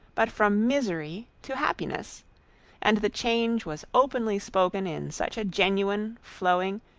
but from misery to happiness and the change was openly spoken in such a genuine, flowing,